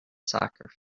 soccer